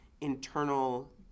internal